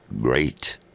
Great